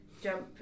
jump